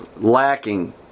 lacking